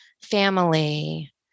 family